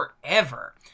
forever